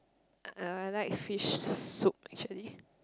uh I like fish soup actually